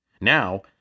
Now